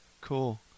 Cool